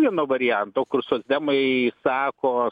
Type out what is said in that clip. vieno varianto kur socdemai sako